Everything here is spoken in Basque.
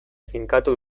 finkatu